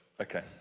Okay